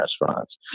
restaurants